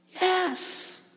Yes